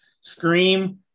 scream